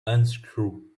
unscrew